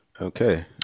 Okay